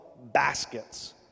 baskets